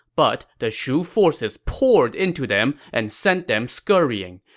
but the shu forces poured into them and sent them scurrying.